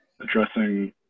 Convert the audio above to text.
addressing